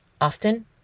often